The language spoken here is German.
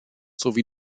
sowie